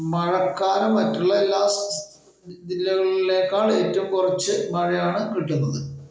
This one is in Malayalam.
മഴക്കാലം മറ്റുള്ള എല്ലാ ജില്ലകളിലെക്കാൾ ഏറ്റവും കുറച്ച് മഴയാണ് കിട്ടുന്നത്